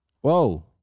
Whoa